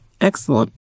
Excellent